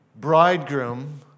bridegroom